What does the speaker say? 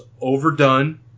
overdone